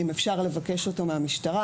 אם אפשר לבקש אותו מהמשטרה.